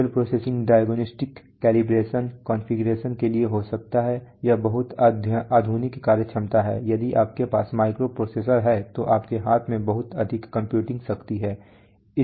digital processing diagnostics calibration configuration के लिए हो सकता है यह बहुत आधुनिक कार्यक्षमता है यदि आपके पास माइक्रोप्रोसेसर है तो आपके हाथ में बहुत अधिक कंप्यूटिंग शक्ति है